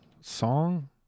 song